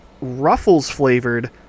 Ruffles-flavored